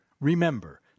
Remember